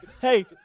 hey